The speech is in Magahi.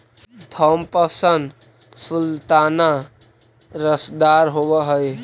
थॉम्पसन सुल्ताना रसदार होब हई